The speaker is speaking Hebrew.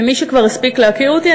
למי שכבר הספיק להכיר אותי,